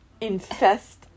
infest